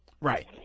Right